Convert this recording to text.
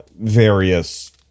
various